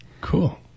Cool